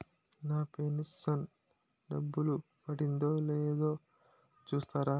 నా pension డబ్బులు పడిందో లేదో చూస్తారా?